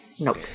Nope